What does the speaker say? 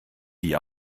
die